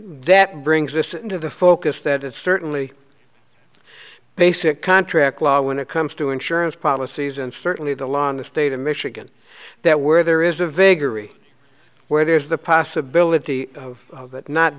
that brings this into the focus that it's certainly a basic contract law when it comes to insurance policies and certainly the law in the state of michigan that where there is a vagary where there's the possibility of that not